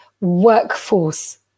workforce